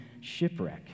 shipwreck